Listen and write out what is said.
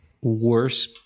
worse